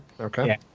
Okay